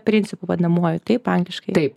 principu vadinamuoju taip angliškai taip